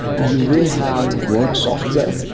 you will have work software,